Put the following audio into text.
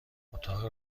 اتاق